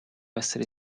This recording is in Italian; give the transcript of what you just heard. essere